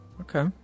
Okay